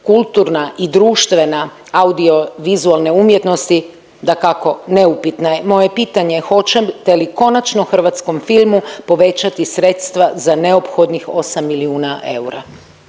kulturna i društvena audiovizualne umjetnosti, dakako, neupitna je. Moje pitanje je hoćete li konačno hrvatskom filmu povećati sredstva za neophodnih 8 milijuna eura?